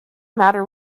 matter